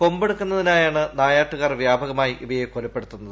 കൊമ്പെടുക്കുന്നതിനായാണ് നായാട്ടുകാർ വ്യാപകമായി ഇവയെ കൊലപ്പെടുത്തുന്നത്